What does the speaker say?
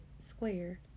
square